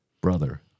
brother